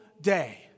day